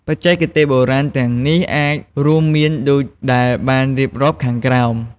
បច្ចេកទេសបុរាណទាំងនេះអាចរួមមានដូចដែលបានរៀបរាប់ខាងក្រោម។